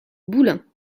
boulin